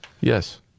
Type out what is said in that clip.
Yes